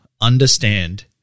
understand